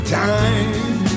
time